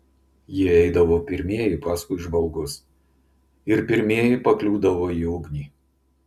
jie eidavo pirmieji paskui žvalgus ir pirmieji pakliūdavo į ugnį